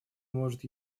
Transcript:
может